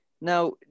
Now